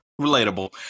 Relatable